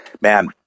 man